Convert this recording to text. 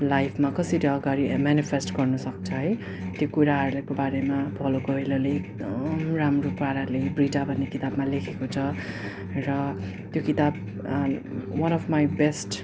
लाइफमा कसरी अगाडि मेनिफेस्ट गर्नु सक्छ है त्यो कुराहरूको बारेमा पउलो कोएलोले एकदम राम्रो पाराले ब्रिडा भन्ने किताबमा लेखेको छ र त्यो किताब वान अफ माई बेस्ट